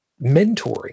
mentoring